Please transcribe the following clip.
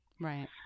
Right